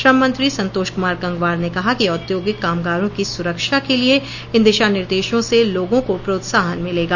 श्रम मंत्री संतोष कुमार गंगवार ने कहा कि औद्योगिक कामगारों की सुरक्षा के लिए इन दिशा निर्देशों से लोगों को प्रोत्साहन मिलेगा